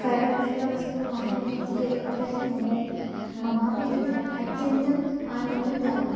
करकुशलवस्तुं मह्यमिति दीयते तर्हि ममोऽपि ममापि तत्र अत्यन्तः आनन्दः जायते